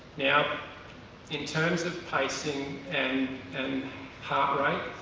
now in terms of pacing and and heart rate